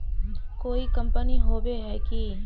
कोई कंपनी होबे है की?